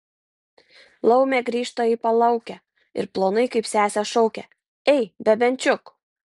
laumė grįžta į palaukę ir plonai kaip sesė šaukia ei bebenčiuk